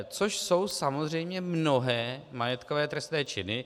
Což jsou samozřejmě mnohé majetkové trestné činy.